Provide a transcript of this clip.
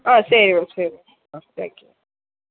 ஆ சரி மேம் சரி மேம் ஆ தேங்க்யூ